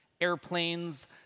Airplanes